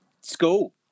school